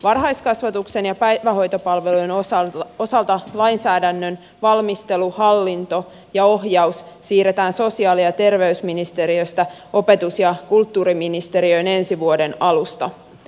varhaiskasvatuksen ja päivähoitopalvelujen osalta lainsäädännön valmistelu hallinto ja ohjaus siirretään sosiaali ja terveysministeriöstä opetus ja kulttuuriministeriöön ensi vuoden alusta